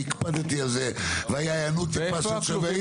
הפקדתי על זה והייתה היענות טובה של תושבי העיר.